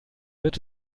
wird